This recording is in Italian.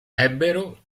ebbero